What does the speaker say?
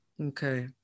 Okay